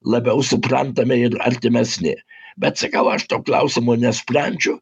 labiau suprantami ir artimesni bet sakau aš to klausimo nesprendžiu